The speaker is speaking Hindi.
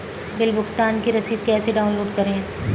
बिल भुगतान की रसीद कैसे डाउनलोड करें?